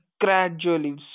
gradually